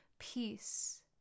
Peace